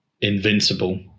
Invincible